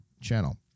channel